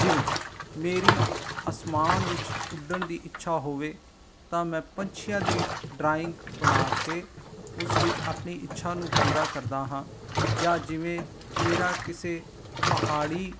ਜਿਵੇਂ ਮੇਰੀ ਅਸਮਾਨ ਵਿੱਚ ਉੱਡਣ ਦੀ ਇੱਛਾ ਹੋਵੇ ਤਾਂ ਮੈਂ ਪੰਛੀਆਂ ਦੀ ਡਰਾਇੰਗ ਬਣਾ ਕੇ ਉਸ ਵਿੱਚ ਆਪਣੀ ਇੱਛਾ ਨੂੰ ਪੂਰਾ ਕਰਦਾ ਹਾਂ ਜਾਂ ਜਿਵੇਂ ਮੇਰਾ ਕਿਸੇ ਪਹਾੜੀ